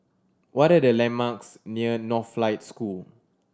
what are the landmarks near Northlight School